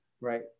right